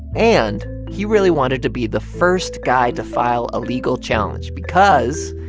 and he really wanted to be the first guy to file a legal challenge because,